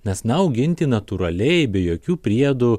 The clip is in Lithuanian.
nes na auginti natūraliai be jokių priedų